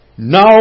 Now